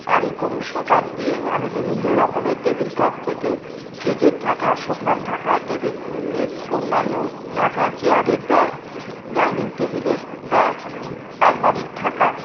আর এই কুরুশের কাজ দিয়ে আমি বিভিন্ন রকমের টেবিল ক্লথ থেকে ফ্রিজের ঢাকা সোফার ঢাকা টেবিলের অন্যান্য ঢাকা চেয়ারের ব্যাগ ডাইনিং টেবিলের ব্যাগ আলমারির ঢাকা